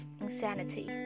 insanity